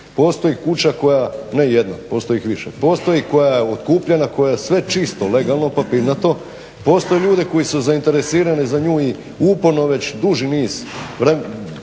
postoji kuća koja, ne jedna, postoji ih više, postoji koja je otkupljenja, koja je sve čisto, legalno, papirnato, postoje ljudi koji su zainteresirani za nju i uporno već duži niz,